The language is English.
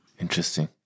Interesting